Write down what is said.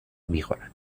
میخورند